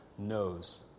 Knows